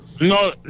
No